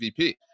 MVP